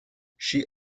she